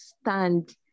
stand